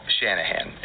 Shanahan